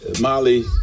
Molly